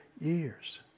years